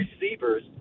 receivers